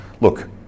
look